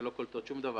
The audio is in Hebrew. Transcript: שלא קולטות שום דבר